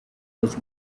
los